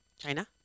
China